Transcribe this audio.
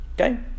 Okay